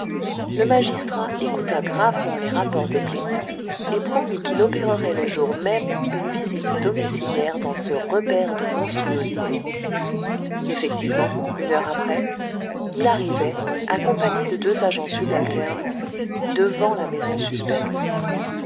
le magistrat écouta gravement les rapports des plaignants et promit qu'il opérerait le jour même une visite domiciliaire dans ce repaire de monstruosités effectivement une heure après il arrivait accompagné de deux agents subalternes devant la maison suspecte